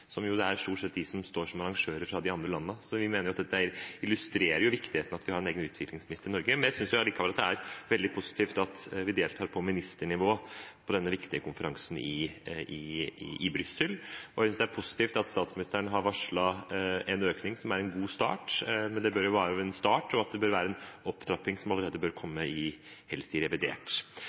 stort sett er de som står som arrangører fra de andre landene. Vi mener at dette illustrerer viktigheten av at vi har en egen utviklingsminister i Norge. Jeg synes allikevel det er veldig positivt at vi deltar på ministernivå på denne viktige konferansen i Brussel, og jeg synes det er positivt at statsministeren har varslet en økning. Det er en god start, men det bør være en start, og det bør være en opptrapping som helst bør komme allerede i revidert.